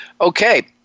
Okay